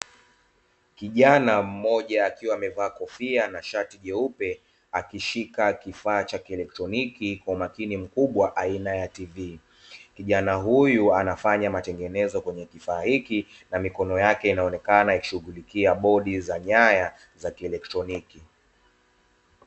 Kijana mmoja akiwa amevaa kofia na shati jeupe, akishika kifaa cha kielektroniki kwa umakini mkubwa aina ya "tv", kijana huyu anafanya matengenezo kwenye kifaa hiki, na mikono yake inaonekana kushughulikia bodi za nyaya za kielektroniki.